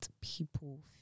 people